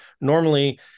normally